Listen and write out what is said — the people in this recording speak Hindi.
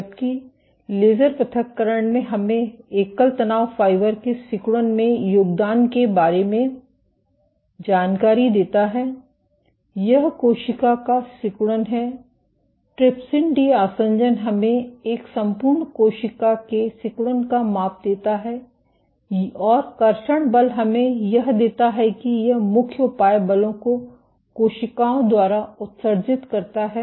जबकि लेज़र पृथक्करण हमें एकल तनाव फाइबर के सिकुड़न में योगदान के बारे में जानकारी देता है यह कोशिका का सिकुड़न है ट्रिप्सिन डी आसंजन हमें एक संपूर्ण कोशिका के सिकुड़न का माप देता है और कर्षण बल हमें यह देता है कि यह मुख्य उपाय बलों को कोशिकाओं द्वारा उत्सर्जित करता है